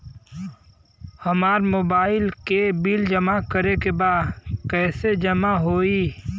हमार मोबाइल के बिल जमा करे बा कैसे जमा होई?